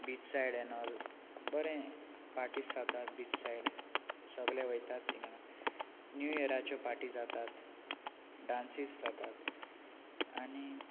beach side एनॉल बरे parties जातात बीच सायड सगळें वयतात तिंगा न्यू इयराच्यो पार्टी जातात डान्सीस जातात आनी